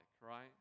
right